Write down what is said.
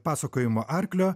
pasakojimo arklio